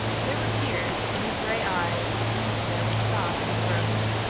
there were tears in her gray eyes and there was a sob in her throat.